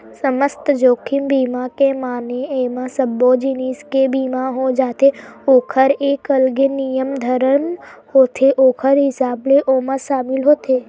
समस्त जोखिम बीमा के माने एमा सब्बो जिनिस के बीमा हो जाथे ओखर एक अलगे नियम धरम होथे ओखर हिसाब ले ओमा सामिल होथे